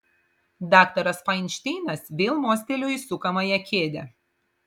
daktaras fainšteinas vėl mostelėjo į sukamąją kėdę